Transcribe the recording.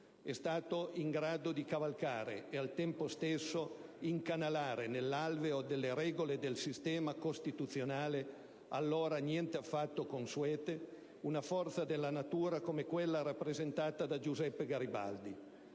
È stato in grado di cavalcare ed al tempo stesso incanalare nell'alveo delle regole del sistema costituzionale (allora niente affatto consuete) una forza della natura come quella rappresentata da Giuseppe Garibaldi.